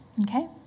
Okay